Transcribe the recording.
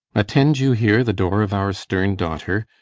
attend you here the door of our stern daughter?